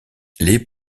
les